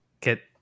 get